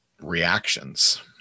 reactions